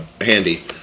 handy